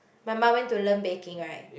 my mom went to learn baking right